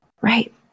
Right